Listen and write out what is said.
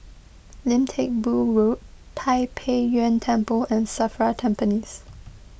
Lim Teck Boo Road Tai Pei Yuen Temple and Safra Tampines